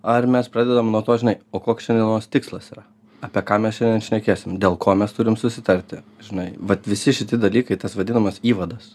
ar mes pradedam nuo to žinai o koks šiandienos tikslas yra apie ką mes šiandien šnekėsim dėl ko mes turim susitarti žinai vat visi šiti dalykai tas vadinamas įvadas